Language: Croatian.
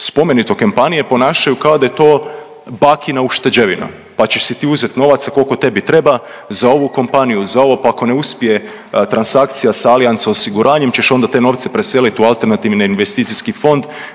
spomenute kompanije ponašaju kao da je to bakina ušteđevina pa ćeš si ti uzeti novaca koliko tebi treba za ovu kompaniju, za ovo pa ako ne uspije transakcija s Allianz osiguranjem ćeš onda te novce preselit u alternativni investicijski fond,